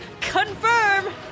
confirm